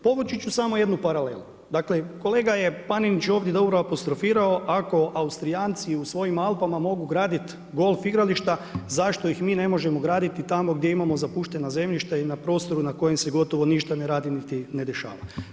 Povući ću samo jednu paralelu, dakle kolega Panenić je ovdje dobro apostrofirao, ako Austrijanci u svojim Alpama mogu graditi golf igrališta, zašto ih mi ne možemo graditi tamo gdje imamo zapuštena zemljišta i na prostoru na kojem se gotovo ništa ne radi niti ne dešava?